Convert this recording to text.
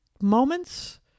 moments